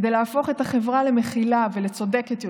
כדי להפוך את החברה למכילה ולצודקת יותר.